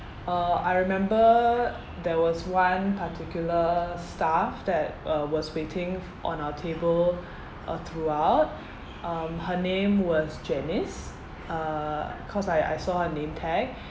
uh I remember there was one particular staff that uh was waiting on our table uh throughout um her name was janice uh cause I I saw her name tag